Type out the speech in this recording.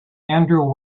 andrew